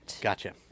Gotcha